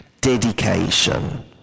dedication